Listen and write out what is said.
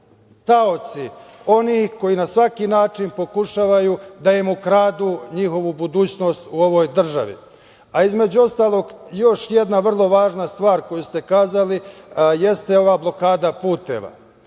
taoci onih koji na svaki način pokušavaju da im ukradu njihovu budućnost u ovoj državi. Između ostalog, još jedna vrlo važna stvar koju ste rekli jeste ova blokada puteva.